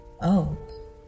Oh